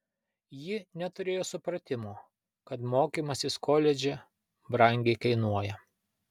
ji neturėjo supratimo kad mokymasis koledže brangiai kainuoja